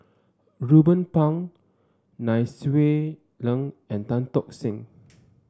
Ruben Pang Nai Swee Leng and Tan Tock Seng